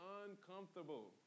uncomfortable